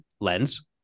Lens